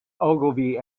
ogilvy